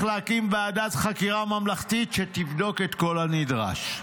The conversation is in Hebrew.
להקים ועדת חקירה ממלכתית שתבדוק את כל הנדרש".